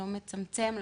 לא מצמצם,